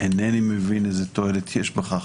אינני מבין איזו תועלת יש בכך.